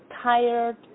tired